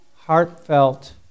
heartfelt